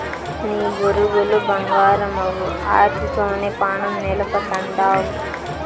నీ బొరుగులు బంగారమవ్వు, ఆటితోనే పానం నిలపతండావ్